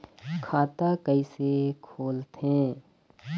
खाता कइसे खोलथें?